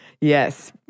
Yes